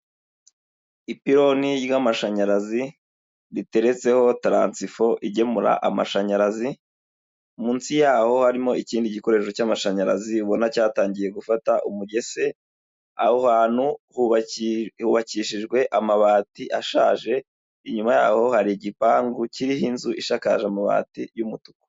Ipironi ry'amashanyarazi riteretseho transifo igemura amashanyarazi munsi yaho harimo ikindi gikoresho cy'amashanyarazi ubona cyatangiye gufata umugese aho hantu hubakishijwe amabati ashaje inyuma yaho hari igipangu kiriho inzu ishakaje amabati y,umutuku.